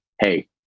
hey